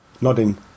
Nodding